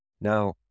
Now